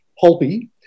pulpy